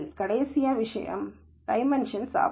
கடைசியாக விஷயம் டைமென்ஷன் சாபம்